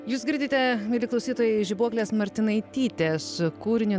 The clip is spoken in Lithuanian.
jūs girdite mieli klausytojai žibuoklės martinaitytės kūrinį